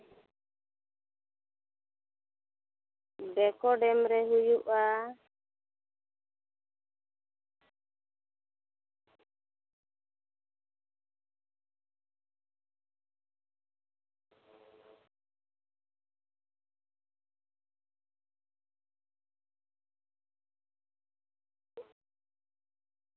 ᱵᱮᱠᱚ ᱰᱮᱢ ᱨᱮ ᱦᱩᱭᱩᱜᱼᱟ